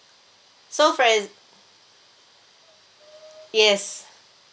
so for ex~ yes